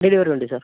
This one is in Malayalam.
ഡെലിവറി ഉണ്ട് സർ